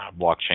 blockchain